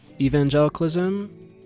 evangelicalism